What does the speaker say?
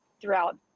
throughout